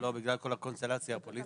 בגלל כל הקונסטלציה הפוליטית,